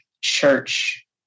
church